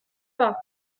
pas